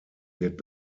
wird